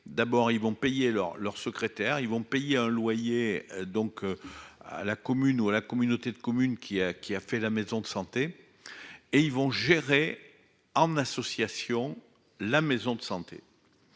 d'abord ils vont payer leur, leur secrétaire ils vont payer un loyer donc. À la commune ou la communauté de communes qui a qui a fait la maison de santé. Et ils vont gérer en association. La maison de santé.